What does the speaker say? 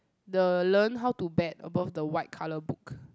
the learn how to bet above the white colour book